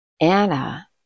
Anna